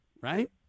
right